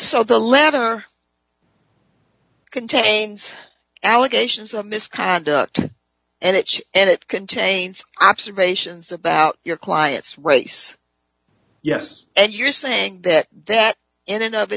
saw the letter contains allegations of misconduct and it and it contains observations about your client's race yes and you're saying that that in and of